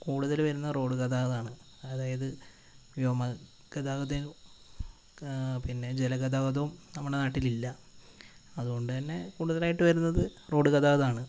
കൂടുതൽ വരുന്നത് റോഡ് ഗതാഗതമാണ് അതായത് വ്യോമഗതാഗതവും പിന്നെ ജലഗതാഗതവും നമ്മുടെ നാട്ടിൽ ഇല്ല അതുകൊണ്ട് തന്നെ കൂടുതലായിട്ട് വരുന്നത് റോഡ് ഗതാഗതമാണ്